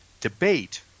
debate